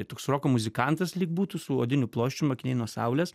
toks roko muzikantas lyg būtų su odiniu ploščium akiniai nuo saulės